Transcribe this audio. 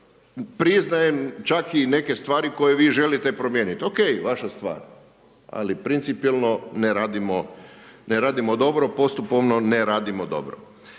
priznajem čak i neke stvari koje vi želite promijenit. OK vaša stvar, ali principijelno ne radimo dobro, postupovno ne radimo dobro.